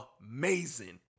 amazing